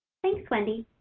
thanks, wendy.